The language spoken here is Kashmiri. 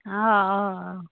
آ آ آ